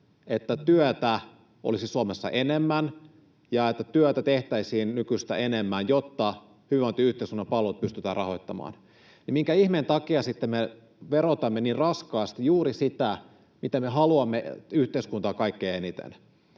että työtä olisi Suomessa enemmän ja että työtä tehtäisiin nykyistä enemmän, jotta hyvinvointiyhteiskunnan palvelut pystytään rahoittamaan, niin minkä ihmeen takia sitten me verotamme niin raskaasti juuri sitä, mitä me haluamme yhteiskuntaan kaikkein eniten.